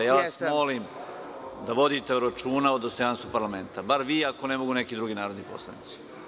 Molim vas da vodite računa o dostojanstvu parlamenta, bar vi ako ne mogu neki drugi narodni poslanici.